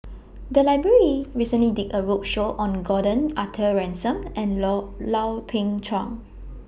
The Library recently did A roadshow on Gordon Arthur Ransome and Low Lau Teng Chuan